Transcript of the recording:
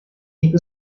even